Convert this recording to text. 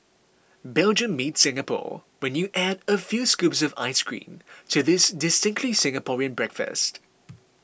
Belgium meets Singapore when you add a few scoops of ice cream to this distinctively Singaporean breakfast